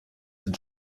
den